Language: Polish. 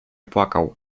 płakał